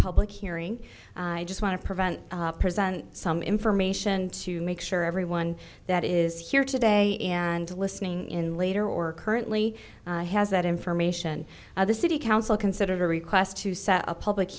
public hearing i just want to prevent present some information to make sure everyone that is here today and listening in later or currently has that information the city council considered a request to set a public